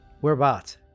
Whereabouts